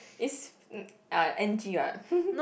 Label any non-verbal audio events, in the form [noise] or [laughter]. it's n~ uh N_G [what] [laughs]